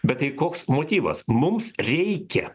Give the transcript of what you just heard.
bet tai koks motyvas mums reikia